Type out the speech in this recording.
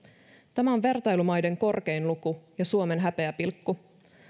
tämä on vertailumaiden korkein luku ja suomen häpeäpilkku